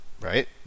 Right